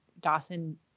Dawson